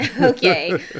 Okay